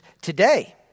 today